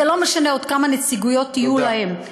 ולא משנה עוד כמה נציגויות יהיו להם.